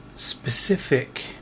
specific